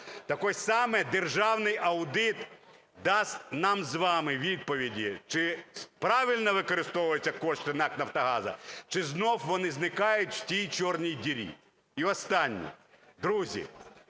Так ось саме державний аудит дасть нам з вами відповіді чи правильно використовуються кошти НАК "Нафтогаза", чи знов вони зникають в тій чорній дірі. І останнє. Друзі,